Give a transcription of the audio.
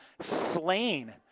slain